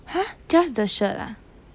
!huh! just the shirt ah